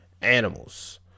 animals